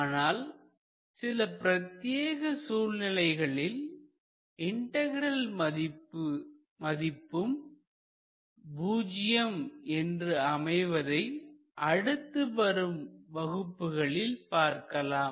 ஆனால் சில பிரத்தியேக சூழ்நிலைகளில் இன்டகிரல் மதிப்பும் பூஜ்ஜியம் என்று அமைவதை அடுத்து வரும் வகுப்புகளில் பார்க்கலாம்